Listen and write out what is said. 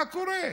מה קורה?